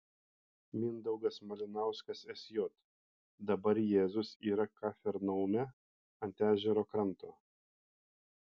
mindaugas malinauskas sj dabar jėzus yra kafarnaume ant ežero kranto